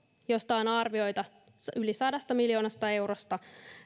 on arvioita yli sadasta miljoonasta eurosta